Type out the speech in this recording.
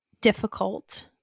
difficult